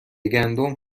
گندم